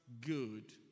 good